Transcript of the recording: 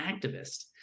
activist